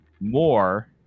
more